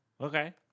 Okay